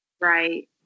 Right